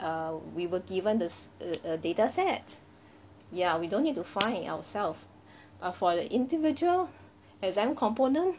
err we were given this uh uh data set ya we don't need to find ourselves but for the individual exam component